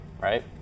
right